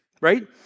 right